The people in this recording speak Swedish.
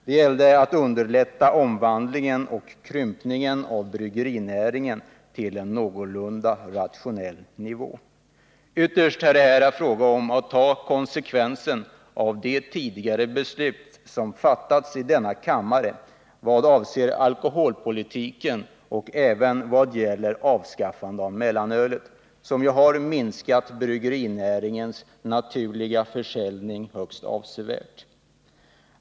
Det gällde att underlätta omvandlingen och krympningen av bryggerinäringen till en rationell nivå. Ytterst är det här fråga om att ta konsekvensen av de tidigare beslut som fattats i denna kammare vad avser alkoholpolitiken och avskaffandet av mellanölet — beslut som lett till att bryggerinäringens naturliga försäljning minskat högst avsevärt.